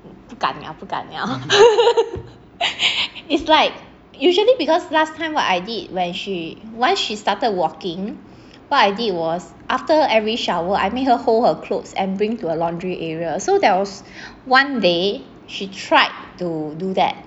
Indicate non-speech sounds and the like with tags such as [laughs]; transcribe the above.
不敢不敢 liao 不敢不敢 liao [laughs] is like usually because last time what I did when she once she started walking what I did was after every shower I made her hold her clothes and bring to the laundry area so there was one day she tried to do that